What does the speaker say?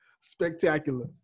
spectacular